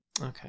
Okay